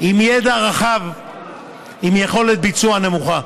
עם ידע, עם יכולת ביצוע נמוכה,